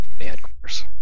headquarters